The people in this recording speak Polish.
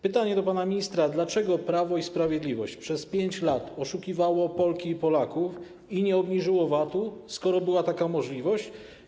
Pytanie do pana ministra: Dlaczego Prawo i Sprawiedliwość przez 5 lat oszukiwało Polki i Polaków i nie obniżyło VAT, skoro była taka możliwość?